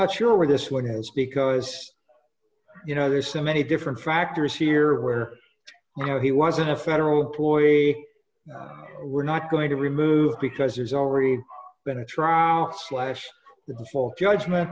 sure this one has because you know there's so many different factors here where you know he wasn't a federal employee we're not going to remove because there's already been a trial slash the full judgment